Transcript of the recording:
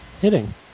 Hitting